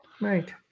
Right